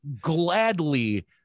gladly